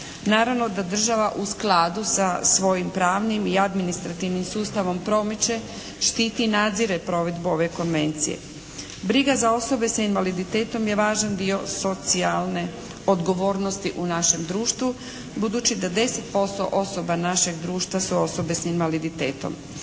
Naravno da država u skladu sa svojim pravnim i administrativnim sustavom promiče, štiti i nadzire provedbu ove konvencije. Briga za osobe s invaliditetom je važan dio socijalne odgovornosti u našem društvu budući da 10% osoba našeg društva su osobe s invaliditetom.